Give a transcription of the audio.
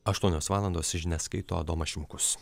aštuonios valandos žinias skaito adomas šimkus